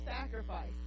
sacrifice